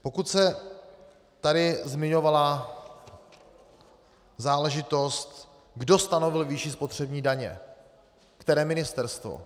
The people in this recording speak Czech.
Pokud se tady zmiňovala záležitost, kdo stanovil výši spotřební daně, které ministerstvo.